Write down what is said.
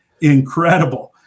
incredible